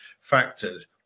factors